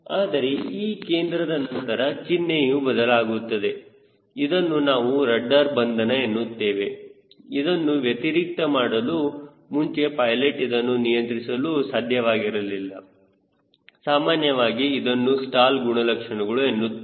ಆದರೆ ಈ ಕೇಂದ್ರದ ನಂತರ ಚಿನ್ಹೆಯು ಬದಲಾಗುತ್ತದೆ ಇದನ್ನು ನಾವು ರಡ್ಡರ್ ಬಂಧನ ಎನ್ನುತ್ತೇವೆ ಇದನ್ನು ವ್ಯತಿರಿಕ್ತ ಮಾಡುವ ಮುಂಚೆ ಪೈಲೆಟ್ ಇದನ್ನು ನಿಯಂತ್ರಿಸಲು ಸಾಧ್ಯವಾಗಿರಲಿಲ್ಲ ಸಾಮಾನ್ಯವಾಗಿ ಅದನ್ನು ಸ್ಟಾಲ್ ಗುಣಲಕ್ಷಣಗಳು ಎನ್ನುತ್ತೇವೆ